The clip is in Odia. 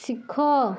ଶିଖ